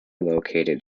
located